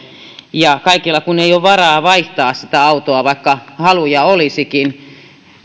kaikilla ei ole varaa vaihtaa sitä autoa vaikka haluja olisikin